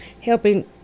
helping